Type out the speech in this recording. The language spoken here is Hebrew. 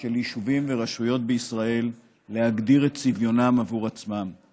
של יישובים ורשויות בישראל להגדיר את צביונם בעבור עצמם.